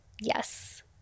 yes